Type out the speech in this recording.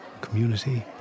community